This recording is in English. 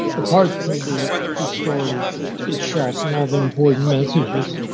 apart from the the story itself, and all the important messages,